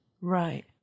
Right